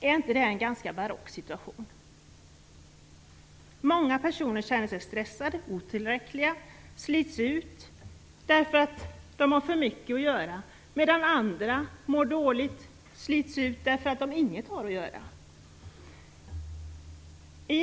Är inte det här en ganska barock situation? Många personer känner sig stressade och otillräckliga och slits ut därför att de har för mycket att göra, medan andra mår dåligt och slits ut därför att de inte har något att göra.